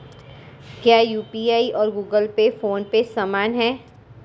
क्या यू.पी.आई और Google Pay PhonePe समान हैं?